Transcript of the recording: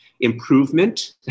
improvement